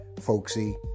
folksy